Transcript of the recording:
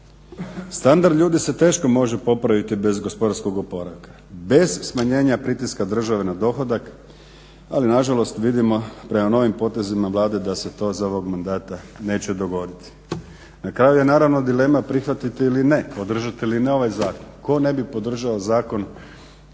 Standard ljudi se teško može popraviti bez gospodarskog oporavka, bez smanjenja pritiska države na dohodak, ali na žalost vidimo prema novim potezima Vlade da se to za ovog mandata neće dogoditi. Na kraju je naravno dilema prihvatiti ili ne, podržati ili ne ovaj zakon. Tko ne bi podržao zakon,